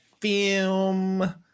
film